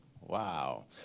Wow